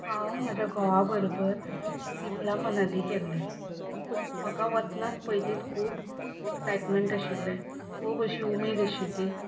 हांव म्हज्या घोवा बरोबर शिमला मनाली गेल्लें म्हाका वतनाच पयलीं खूब एक्साय्टमँट आशिल्लें खूब अशी उमेद आशिल्ली